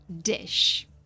Dish